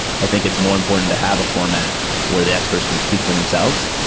i think it's more important to have a format where the experts can speak for themselves.